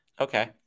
Okay